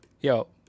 Yo